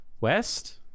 West